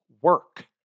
work